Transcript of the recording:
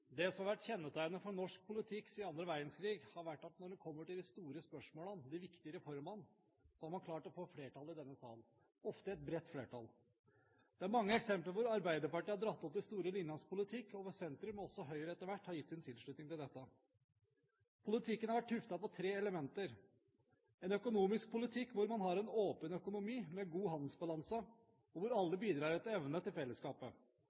Det som har vært kjennetegnet for norsk politikk siden annen verdenskrig, har vært at når det kommer til de store spørsmålene, de viktige reformene, har man klart å få flertall i denne sal – ofte et bredt flertall. Det er mange eksempler på at Arbeiderpartiet har dratt opp de store linjenes politikk, og hvor sentrum og også Høyre etter hvert har gitt sin tilsutning til dette. Politikken har vært tuftet på tre elementer: en økonomisk politikk hvor man har en åpen økonomi med god handelsbalanse, og hvor alle bidrar etter evne til fellesskapet,